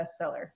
bestseller